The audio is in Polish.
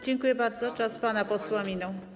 Dziękuję bardzo, czas pana posła minął.